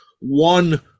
one